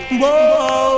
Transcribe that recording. whoa